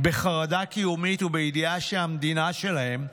בחרדה קיומית ובידיעה שהמדינה שלהם,